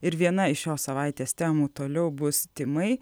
ir viena iš šios savaitės temų toliau bus tymai